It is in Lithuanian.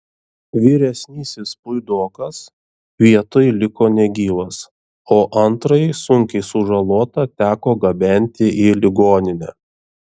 vyresnysis puidokas vietoj liko negyvas o antrąjį sunkiai sužalotą teko gabenti į ligoninę